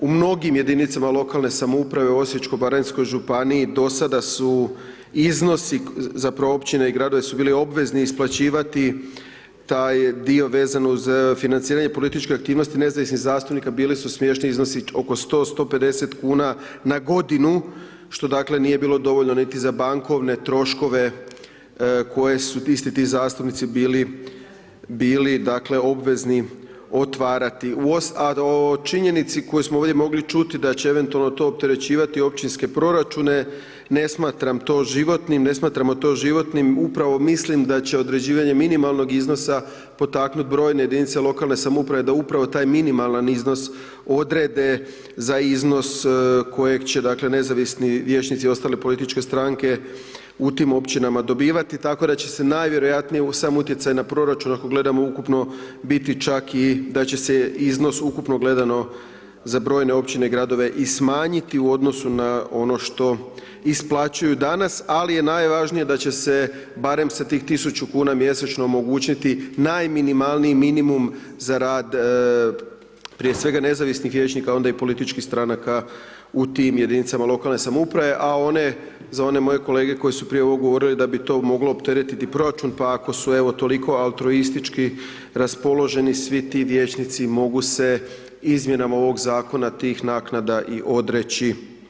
U mnogim jedinicama lokalne samouprave u Osječko baranjskoj županiji do sada su iznosi zapravo općine i gradovi su bili obvezni isplaćivati taj dio vezano uz financiranje političke aktivnosti nezavisnih zastupnika, bili su smiješni iznosi oko 100, 150 kuna na godinu što dakle nije bilo dovoljno niti za bankovne troškove koje su isti ti zastupnici bili, bili dakle obvezni otvarati u, a o činjenici koju smo ovdje mogli čuti da će eventualno to opterećivati općinske proračune ne smatram to životnim, ne smatramo to životnim upravo mislim da će određivanje minimalnog iznosa potaknut brojne jedinice lokalne samouprave da upravo taj minimalan iznos odrede za iznos kojeg će dakle nezavisni vijećnici i ostale političke stranke u tim općinama dobivati tako da će se najvjerojatnije sam utjecaj na proračun ako gledamo ukupno biti čak i da će se iznos ukupno gledano za brojne općine i gradove i smanjiti u odnosu na ono što isplaćuju danas, ali je najvažnije da će se barem sa tih 1.000 kuna mjesečno omogućiti najminimalniji minimum za rad prije svega nezavisnih vijećnika onda i političkih stranaka u tim jedinicama lokalne samouprave, a one za one moje kolege koji su prije ovog govorili da bi to moglo opteretiti proračun pa ako su toliko altruistički raspoloženi svi ti vijećnici mogu se izmjenama ovog zakona tih naknada i odreći.